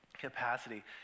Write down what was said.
capacity